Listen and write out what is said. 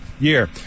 year